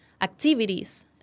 Activities